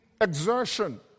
Exertion